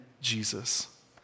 jesus